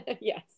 Yes